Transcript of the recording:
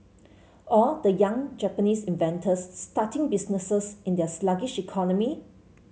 or the young Japanese inventors starting businesses in their sluggish economy